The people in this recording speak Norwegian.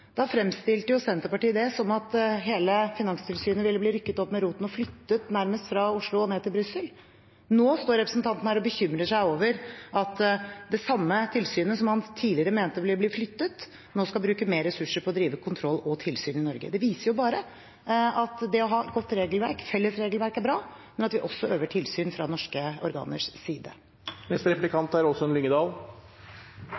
Da fremstilte Senterpartiet det som at hele Finanstilsynet ville bli rykket opp med roten og nærmest flyttet fra Oslo og ned til Brussel. Nå står representanten her og bekymrer seg over at det samme tilsynet som han tidligere mente ville bli flyttet, nå skal bruke mer ressurser på å drive kontroll og tilsyn i Norge. Det viser bare at det å ha et godt regelverk, felles regelverk, er bra, men at vi også øver tilsyn fra norske organers side.